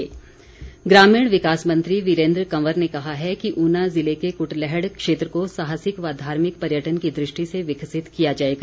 वीरेन्द्र कंवर ग्रामीण विकास मंत्री वीरेन्द्र कंवर ने कहा है कि ऊना जिले के कुटलैहड़ क्षेत्र को साहसिक व धार्मिक पर्यटन की दृष्टि से विकसित किया जाएगा